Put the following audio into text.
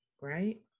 right